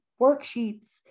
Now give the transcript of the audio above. worksheets